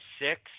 six